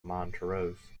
montrose